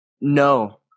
No